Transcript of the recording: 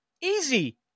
easy